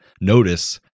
notice